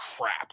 crap